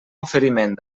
oferiment